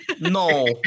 no